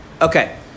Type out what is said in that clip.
Okay